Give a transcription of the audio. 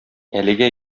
әлегә